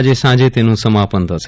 આજે સાંજે તેનું સમાપન થશે